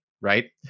right